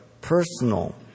personal